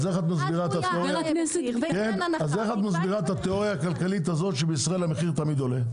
אז איך את מסבירה את התיאוריה הכלכלית הזאת שבישראל המחירים תמיד עולה?